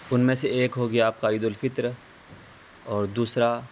ان میں سے ایک ہوگیا آپ کا عید الفطر اور دوسرا